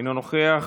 אינו נוכח,